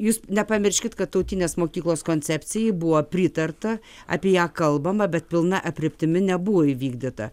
jūs nepamirškit kad tautinės mokyklos koncepcijai buvo pritarta apie ją kalbama bet pilna aprėptimi nebuvo įvykdyta